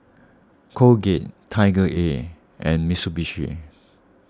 Colgate TigerAir and Mitsubishi